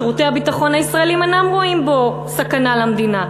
שירותי הביטחון הישראליים אינם רואים בו סכנה למדינה.